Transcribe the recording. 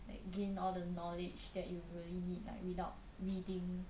like gain all the knowledge that you really need like without reading